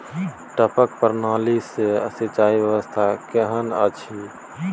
टपक प्रणाली से सिंचाई व्यवस्था केहन अछि?